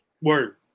Word